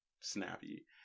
snappy